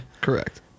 Correct